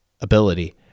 ability